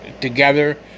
together